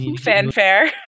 Fanfare